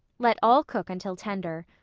let all cook until tender.